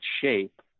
shape